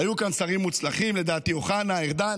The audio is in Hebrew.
היו כאן שרים מוצלחים, לדעתי אוחנה, ארדן